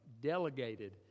delegated